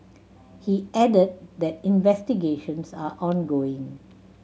he added that investigations are ongoing